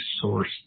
source